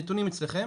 הנתונים אצלכם,